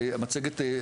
זה מצגת,